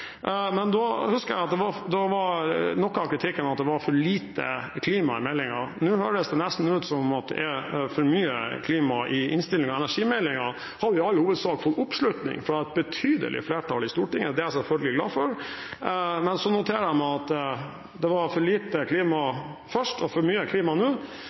men jeg husker at da var noe av kritikken at det var for lite klima i meldingen. Nå høres det nesten ut som om det er for mye klima i innstillingen. Energimeldingen har i all hovedsak fått oppslutning fra et betydelig flertall i Stortinget. Det er jeg selvfølgelig glad for, men jeg noterer meg at det var for lite klima først og for mye klima nå.